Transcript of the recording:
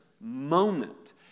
moment